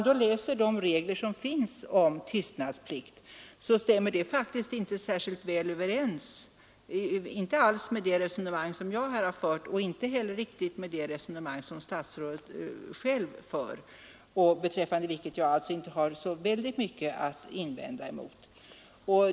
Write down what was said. De regler som finns om tystnadsplikt stämmer inte alls överens med det resonemang som jag här har fört, men inte heller riktigt med det resonemang som statsrådet själv för och som jag alltså inte har så mycket att invända mot.